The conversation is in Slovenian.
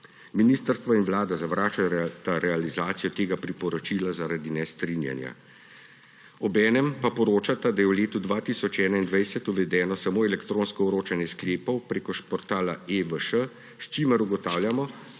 Ministrstvo in Vlada zavračata realizacijo tega priporočila zaradi nestrinjanja, obenem pa poročata, da je v letu 2021 uvedeno samo elektronsko vročanje sklepov prek portala eVŠ, s čimer ugotavljamo,